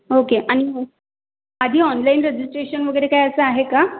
okay आणि आधी online registration वगैरे काही असं आहे कां